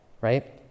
right